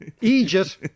Egypt